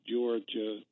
Georgia